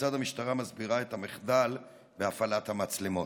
כיצד המשטרה מסבירה את המחדל בהפעלת המצלמות?